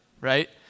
right